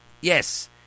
yes